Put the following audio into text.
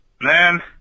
Man